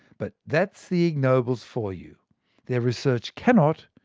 but that's the ig nobels for you their research cannot,